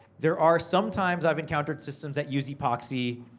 there are, sometimes, i've encountered systems that use epoxy,